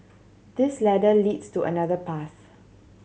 this ladder leads to another path